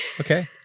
okay